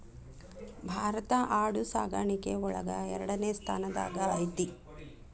ಭಾರತಾ ಆಡು ಸಾಕಾಣಿಕೆ ಒಳಗ ಎರಡನೆ ಸ್ತಾನದಾಗ ಐತಿ